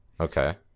Okay